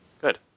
Good